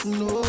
no